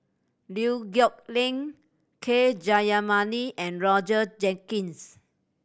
Liew Geok Leong K Jayamani and Roger Jenkins